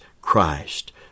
Christ